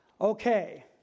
Okay